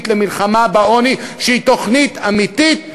למלחמה בעוני שהיא תוכנית אמיתית,